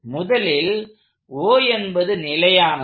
முதலில் O என்பது நிலையானது